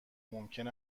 ممکن